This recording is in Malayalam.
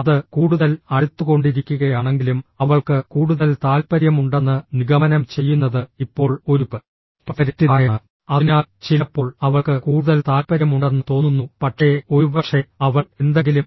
അതിനാൽ അത് കൂടുതൽ അടുത്തുകൊണ്ടിരിക്കുകയാണെങ്കിലും അവൾക്ക് കൂടുതൽ താൽപ്പര്യമുണ്ടെന്ന് നിഗമനം ചെയ്യുന്നത് ഇപ്പോൾ ഒരു പരിധിവരെ തെറ്റിദ്ധാരണയാണ് അതിനാൽ ചിലപ്പോൾ അവൾക്ക് കൂടുതൽ താൽപ്പര്യമുണ്ടെന്ന് തോന്നുന്നു പക്ഷേ ഒരുപക്ഷേ അവൾ എന്തെങ്കിലും